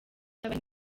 barimo